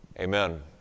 Amen